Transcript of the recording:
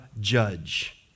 judge